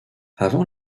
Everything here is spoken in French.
avant